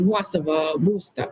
nuosavą būstą